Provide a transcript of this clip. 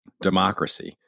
democracy